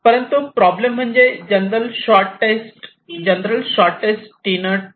परंतु प्रॉब्लेम म्हणजे general shortest Steiner tree